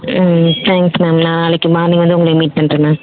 thanks ma'am நாளைக்கு morning வந்து உங்கள மீட் பண்ணுறேன் மேம்